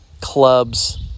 Club's